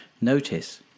Notice